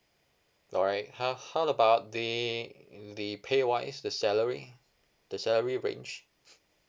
alright how how about the uh the pay wise the salary the salary range